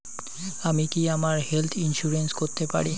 আমি কি আমার হেলথ ইন্সুরেন্স করতে পারি?